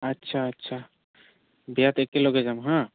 আচ্ছা আচ্ছা বিয়াত একেলগে যাম হা